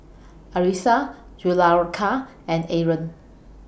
Arissa and Aaron